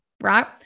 right